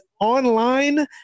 online